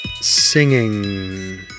singing